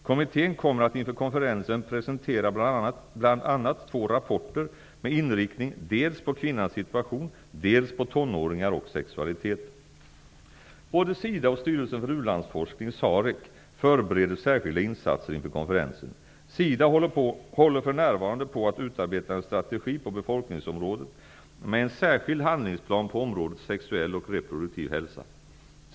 Kommittén kommer att inför konferensen presentera bl.a. två rapporter med inriktning dels på kvinnans situation, dels på tonåringar och sexualitet. SAREC, förbereder särskilda insatser inför konferensen. SIDA håller för närvarande på att utarbeta en strategi på befolkningsområdet med en särskild handlingsplan på området sexuell och reproduktiv hälsa.